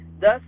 thus